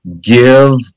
give